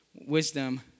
wisdom